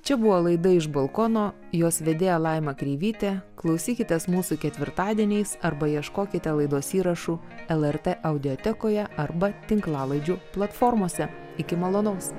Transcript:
čia buvo laida iš balkono jos vedėja laima kreivytė klausykitės mūsų ketvirtadieniais arba ieškokite laidos įrašų lrt audiotekoje arba tinklalaidžių platformose iki malonaus